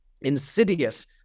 insidious